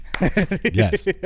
Yes